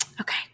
Okay